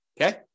Okay